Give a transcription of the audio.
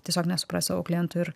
tiesiog nesuprasdavau klientų ir